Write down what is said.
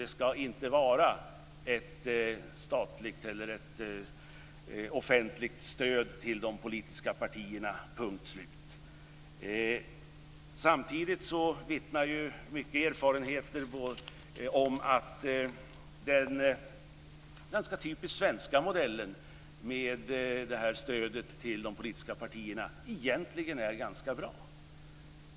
Det ska inte vara ett statligt eller ett offentligt stöd till de politiska partierna, punkt slut. Samtidigt vittnar erfarenheter om att den ganska typiskt svenska modellen med det här stödet till de politiska partierna egentligen är ganska bra.